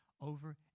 over